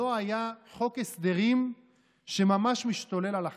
חוק הסדרים שממש משתולל על החלשים.